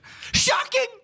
Shocking